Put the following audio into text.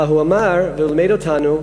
אבל הוא אמר, ולימד אותנו,